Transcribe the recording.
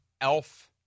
elf